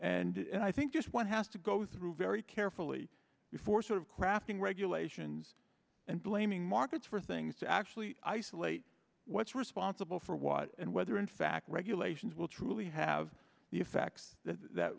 from and i think just one has to go through very carefully before sort of crafting regulations and blaming markets for things to actually isolate what's responsible for what and whether in fact regulations will truly have the effects that that